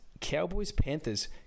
Cowboys-Panthers